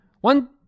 One